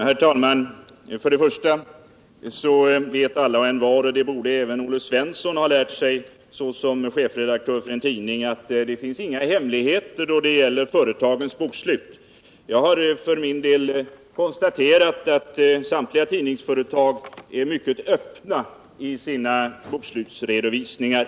Herr talman! För det första vet alla och envar — och det borde även Olle Svensson ha lärt sig som chefredaktör för en tidning — att det inte finns några hemligheter då det gäller företagens bokslut. Jag har för min del konstaterat att samtliga tidningsföretag är mycket öppna i sina bokslutsredovisningar.